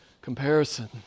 comparison